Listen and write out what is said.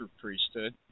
priesthood